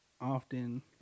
often